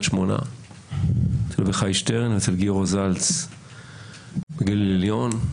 שמונה אצל אביחי שטרן ואצל גיורא זלץ בגליל העליון,